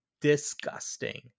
disgusting